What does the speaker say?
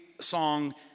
song